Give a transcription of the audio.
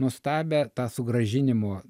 nuostabią tą sugrąžinimo